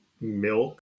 milk